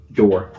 door